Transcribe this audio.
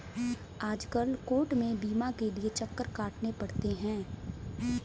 आजकल कोर्ट में बीमा के लिये चक्कर काटने पड़ते हैं